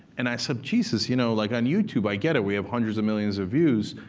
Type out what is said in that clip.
and i said, jesus, you know like on youtube, i get it. we have hundreds of millions of views.